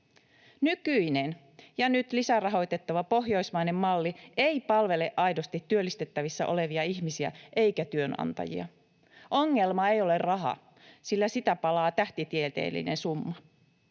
Nykyinen ja nyt lisärahoitettava pohjoismainen malli ei palvele aidosti työllistettävissä olevia ihmisiä eikä työnantajia. Ongelma ei ole raha, sillä sitä palaa tähtitieteellinen summa.